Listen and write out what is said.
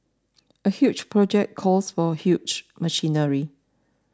a huge project calls for huge machinery